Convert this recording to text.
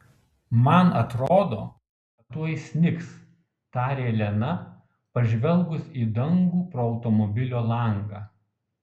man atrodo kad tuoj snigs tarė lena pažvelgus į dangų pro automobilio langą